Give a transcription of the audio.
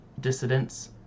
dissidents